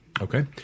Okay